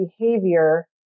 behavior